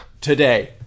Today